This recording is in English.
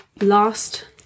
last